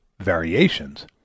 variations